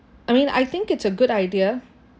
I mean I think it's a good idea